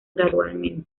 gradualmente